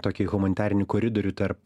tokį humanitarinį koridorių tarp